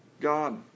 God